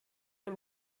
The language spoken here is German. ein